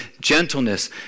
gentleness